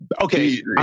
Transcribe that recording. Okay